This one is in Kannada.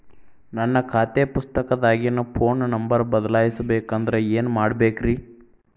ನನ್ನ ಖಾತೆ ಪುಸ್ತಕದಾಗಿನ ಫೋನ್ ನಂಬರ್ ಬದಲಾಯಿಸ ಬೇಕಂದ್ರ ಏನ್ ಮಾಡ ಬೇಕ್ರಿ?